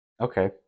Okay